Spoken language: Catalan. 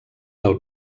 del